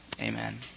Amen